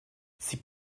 sie